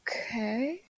Okay